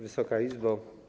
Wysoka Izbo!